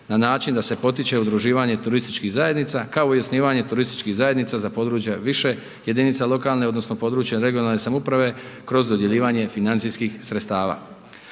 na način da se potiče udruživanje turističkih zajednica, kao i osnivanje turističkih zajednica za područje više jedinica lokalne odnosno područne (regionalne) samouprave kroz dodjeljivanje financijskih sredstava.